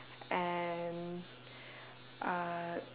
and uh